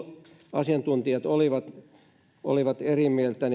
asiantuntijat olivat olivat eri mieltä